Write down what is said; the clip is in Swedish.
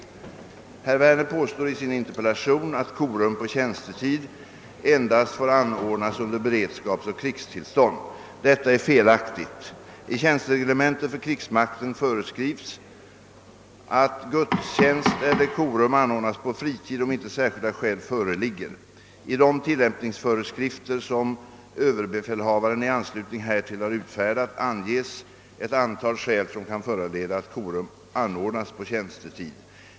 Herr Werner påstår i sin interpellation att korum på tjänstetid endast får anordnas under beredskapsoch krigstillstånd. Detta är felaktigt. I tjänstereglementet för krigsmakten föreskrivs att gudstjänst eller korum anordnas på fritid om inte särskilda skäl föreligger. I de tillämpningsföreskrifter som överbefälhavaren i anslutning härtill har utfärdat anges ett antal skäl som kan föranleda att korum anordnas på tjänstetid.